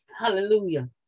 Hallelujah